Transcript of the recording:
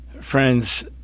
Friends